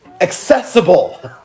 Accessible